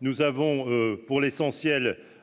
nous avons, pour l'essentiel,